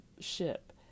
ship